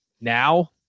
now